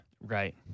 Right